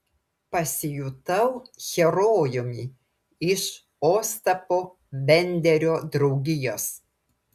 pasijutau herojumi iš ostapo benderio draugijos